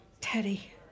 Teddy